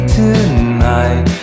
tonight